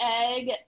egg